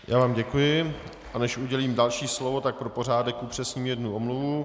Já vám děkuji, a než udělím další slovo, tak pro pořádek upřesním jednu omluvu.